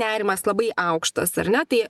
nerimas labai aukštas ar ne tai